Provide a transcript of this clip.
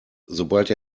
sobald